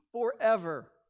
forever